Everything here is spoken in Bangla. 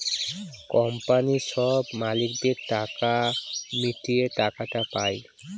কোম্পানির সব মালিকদের টাকা মিটিয়ে টাকাটা পায়